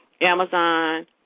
Amazon